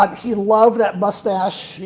but he loved that mustache.